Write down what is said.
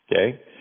Okay